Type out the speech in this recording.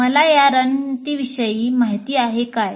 मला या रणनीतींविषयी माहिती आहे काय